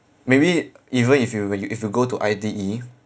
maybe even if you if you go to I_T_E